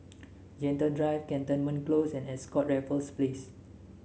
Gentle Drive Cantonment Close and Ascott Raffles Place